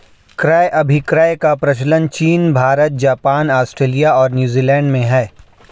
क्रय अभिक्रय का प्रचलन चीन भारत, जापान, आस्ट्रेलिया और न्यूजीलैंड में है